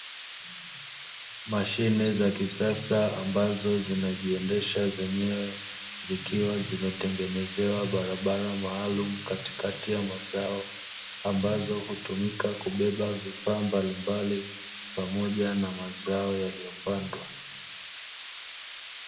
Mashine za kisasa mbazo zinajiendesha zenyewe zikiwa zimetengenezewa barabara maalumu katikati ya mmazao, ambazo hutumika kubeba vifaa mbalimbali pamoja na mazao yaliyopandwa.